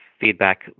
feedback